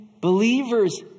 believers